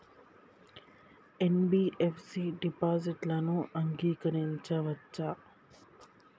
NBFC డిపాజిట్లను అంగీకరించవచ్చా?